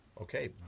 Okay